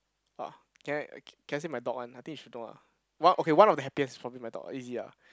!wah! can I can I say my dog one I think you know ah one okay one of the happiest for me my dog easier ah